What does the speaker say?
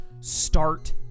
start